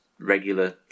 regular